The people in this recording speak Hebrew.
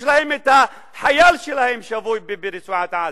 יש להם חייל שלהם שבוי ברצועת-עזה,